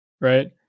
right